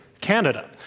Canada